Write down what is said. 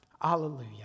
Hallelujah